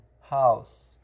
house